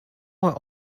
were